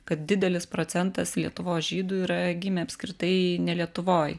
kad didelis procentas lietuvos žydų yra gimę apskritai ne lietuvoj